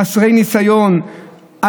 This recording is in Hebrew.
חסרי ניסיון,